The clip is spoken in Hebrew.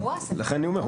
לכן אני אומר,